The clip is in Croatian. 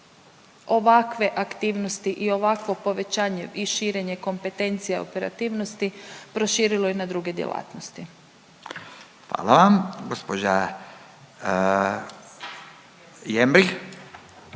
ovakve aktivnosti i ovakvo povećanje i širenje kompetencija i operativnosti proširilo i na druge djelatnosti. **Radin, Furio